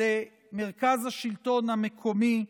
למרכז השלטון המקומי,